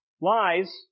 lies